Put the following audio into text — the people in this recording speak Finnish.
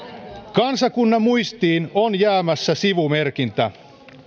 kansakunnan muistiin on jäämässä sivumerkintä